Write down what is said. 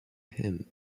him